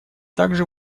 также